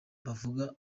bavuga